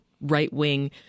right-wing